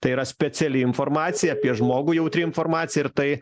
tai yra speciali informacija apie žmogų jautri informacija ir tai